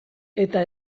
eta